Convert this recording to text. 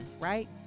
right